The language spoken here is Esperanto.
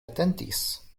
atentis